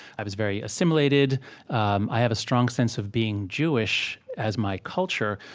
i was very assimilated um i have a strong sense of being jewish as my culture,